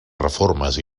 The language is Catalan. reformes